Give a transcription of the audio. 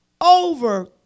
over